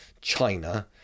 China